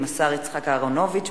השר יצחק אהרונוביץ,